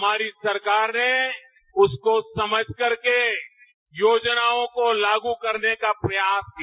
हमारी सरकार ने उसको समझकरकेयोजनाओं को लागू करने का प्रयास किया